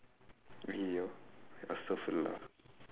ஐயய்யோ:aiyaiyoo